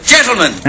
Gentlemen